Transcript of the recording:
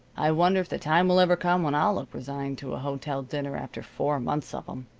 i wonder if the time will ever come when i'll look resigned to a hotel dinner, after four months of em.